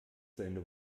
seine